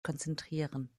konzentrieren